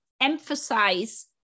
emphasize